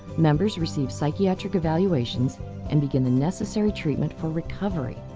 members receive psychiatric evaluations and begin the necessary treatment for recovery.